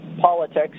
politics